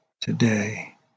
today